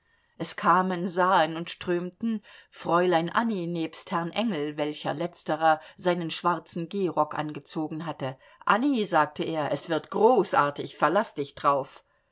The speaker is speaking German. es kamen sahen und strömten fräulein annie nebst herrn engel welch letzterer seinen schwarzen gehrock angezogen hatte annie sagteer es wird großartig verlaß dich drauf